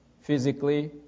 physically